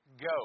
go